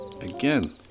again